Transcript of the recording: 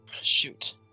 Shoot